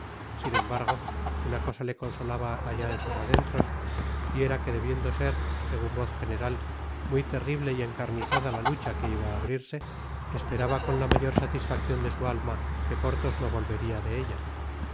sin embargo una cosa le consolaba allá en sus adentros y era que debiendo ser segun voz general muy terrible y encarnizada la lucha que iba á abrirse esperaba con la mayor satisfaccion de su alma que porthos no volveria de ella